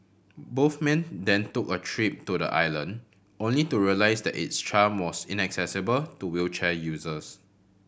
both men then took a trip to the island only to realise that its charm was inaccessible to wheelchair users